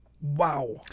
Wow